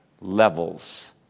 levels